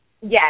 Yes